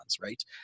right